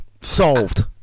Solved